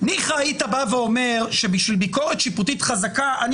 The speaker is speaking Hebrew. ניחא היית בא ואומר שבשביל ביקורת שיפוטית חזקה אני